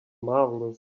marvelous